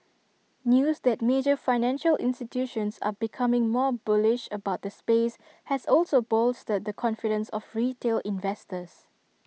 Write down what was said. news that major financial institutions are becoming more bullish about the space has also bolstered the confidence of retail investors